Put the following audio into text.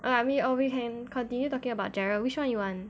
err I mean or we can continue talking about gerald which one you want